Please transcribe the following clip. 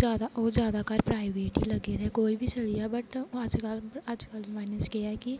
ज्यादातर प्राईवेट लग्गे दे ना क्योकि बट अजकल दे जमाने च के है कि